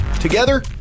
together